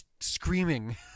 screaming